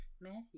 Matthew